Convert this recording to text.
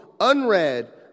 unread